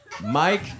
Mike